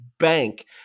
bank